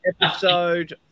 episode